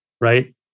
right